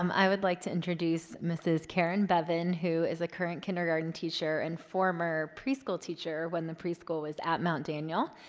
um i would like to introduce mrs. karen bevin, who is a current kindergarten teacher and former preschool teacher when the preschool was at mount daniel,